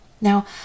Now